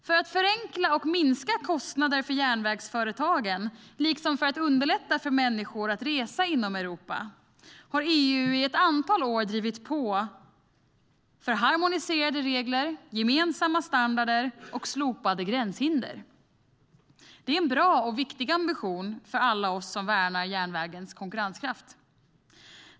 För att förenkla och minska kostnader för järnvägsföretagen, samt för att underlätta för människor att resa inom Europa, har EU i ett antal år drivit på för harmoniserade regler, gemensamma standarder och slopade gränshinder. Det är en bra och viktig ambition för alla oss som värnar järnvägens konkurrenskraft.